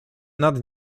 nad